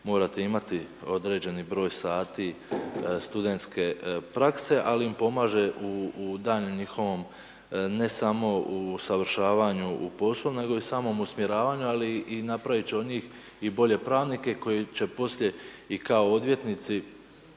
morate imati određeni broj sati studentske prakse ali im pomaže u daljnjem njihovom, ne samo usavršavanju u poslu nego i samom usmjeravanju ali i napraviti će od njih i bolje pravnike koji će poslije i kao odvjetnici